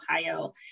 Ohio